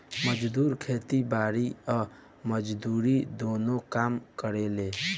मजदूर खेती बारी आ मजदूरी दुनो काम करेले